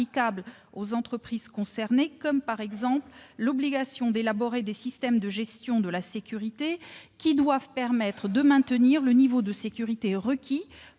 aux entreprises concernées ; je pense, par exemple, à l'obligation d'élaborer des systèmes de gestion de la sécurité qui doivent permettre de maintenir le niveau de sécurité requis pour